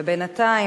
ובינתיים,